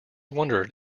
wondered